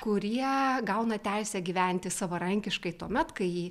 kurie gauna teisę gyventi savarankiškai tuomet kai